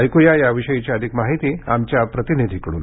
ऐक्या याविषयीची अधिक माहिती आमच्या प्रतिनिधींकडून